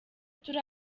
turi